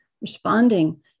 Responding